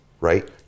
right